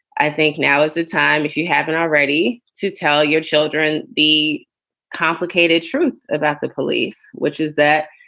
i think now is the time, if you have an already to tell your children the complicated truth about the police, which is that